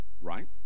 right